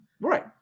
Right